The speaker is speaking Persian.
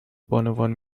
بانوان